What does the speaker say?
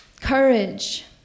Courage